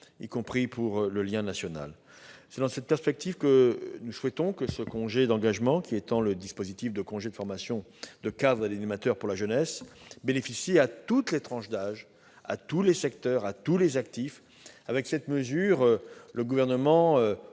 y compris pour le lien national. C'est dans cette perspective que le Gouvernement souhaite que ce congé d'engagement, qui étend le dispositif du congé de formation de cadres et d'animateurs pour la jeunesse, bénéficie à toutes les tranches d'âge, à tous les secteurs, à tous les actifs. Avec cette mesure, le Gouvernement